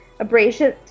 Abrasion